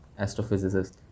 Astrophysicist